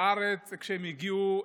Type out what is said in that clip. בארץ, כשהם הגיעו,